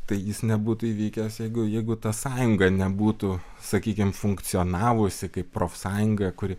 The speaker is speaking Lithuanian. tai jis nebūtų įvykęs jeigu jeigu ta sąjunga nebūtų sakykim funkcionavusi kaip profsąjunga kuri